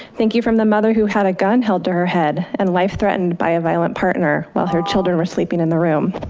thank you from the mother who had a gun held her head and life threatened by a violent partner while her children were sleeping in the room.